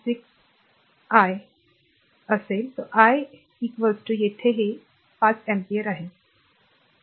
6 I असेल I येथे ते 5 ampere आहे